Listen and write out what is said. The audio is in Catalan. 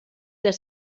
les